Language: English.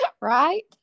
Right